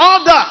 order